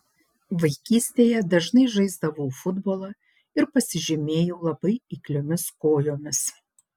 vaikystėje dažnai žaisdavau futbolą ir pasižymėjau labai eikliomis kojomis